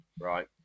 right